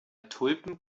tulpen